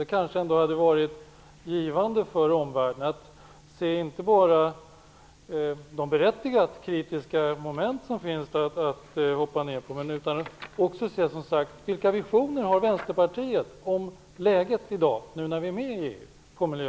Det kanske ändå hade varit givande för omvärlden att se inte bara vilka moment man berättigat kritiserat utan också vilka visioner Vänsterpartiet har på miljöområdet, nu när vi är med i EU.